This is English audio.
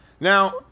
Now